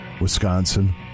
Wisconsin